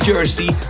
Jersey